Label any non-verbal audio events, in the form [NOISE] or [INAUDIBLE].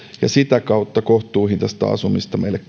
ja sitä kautta kohtuuhintaista asumista meille [UNINTELLIGIBLE]